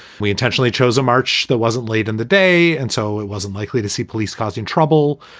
we intentionally chose a march that wasn't late in the day, and so it wasn't likely to see police causing trouble.